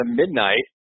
midnight